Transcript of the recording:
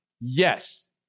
Yes